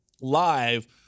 live